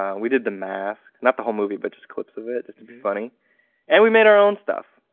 um we did the mask, not the whole movie but just clips of it, just to be funny and we made our own stuff.